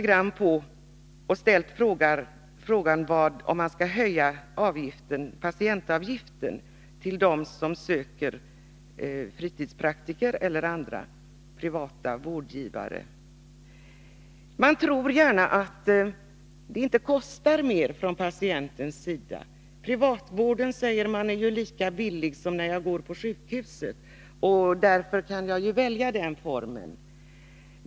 Jag har också ställt frågan om man skall höja patientavgiften för dem som söker fritidspraktiker eller andra privata vårdgivare. Man tror gärna från patientens sida att denna vård inte kostar mera. Privatvården är ju lika billig som den vård jag får när jag går till sjukhuset, och därför kan jag välja privatvården, säger man.